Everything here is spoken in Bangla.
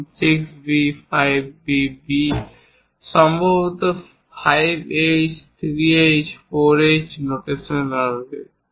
যেমন 6B 5B B সম্ভবত 5H 3H এবং 4H নোটেশন হবে